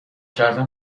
کردن